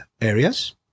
areas